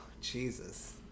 Jesus